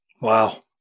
Wow